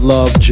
Love